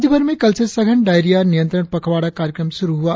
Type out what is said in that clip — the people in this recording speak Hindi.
राज्यभर में कल से सघन डायरिया नियंत्रण पखवाड़ा कार्यक्रम शुरु हुआ